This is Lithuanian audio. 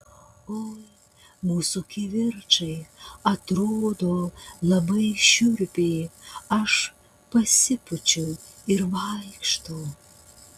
oi mūsų kivirčai atrodo labai šiurpiai aš pasipučiu ir vaikštau